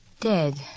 Dead